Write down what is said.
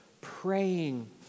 Praying